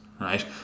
right